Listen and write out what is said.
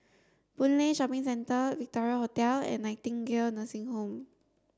Boon Lay Shopping Centre Victoria Hotel and Nightingale Nursing Home